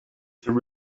there